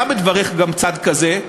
היה בדבריך גם צד כזה,